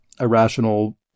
Irrational